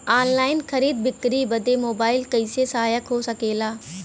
Online खरीद बिक्री बदे मोबाइल कइसे सहायक हो सकेला?